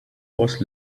was